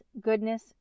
goodness